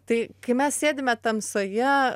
tai kai mes sėdime tamsoje